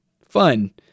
fun